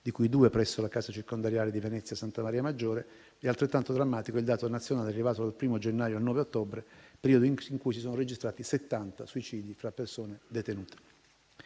di cui due presso la casa circondariale di Venezia Santa Maria Maggiore. È altrettanto drammatico il dato nazionale rilevato dal 1° gennaio al 9 ottobre, periodo in cui si sono registrati 70 suicidi fra persone detenute.